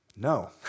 no